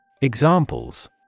Examples